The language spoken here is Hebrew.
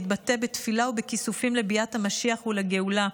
והתבטא בתפילה ובכיסופים לביאת המשיח ולגאולה.